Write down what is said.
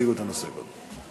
יציגו את הנושא קודם.